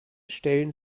stellen